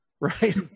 right